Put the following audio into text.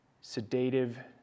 sedative